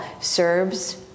Serbs